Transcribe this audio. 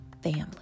family